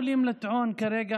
אתם לא יכולים לטעון כרגע,